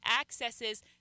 accesses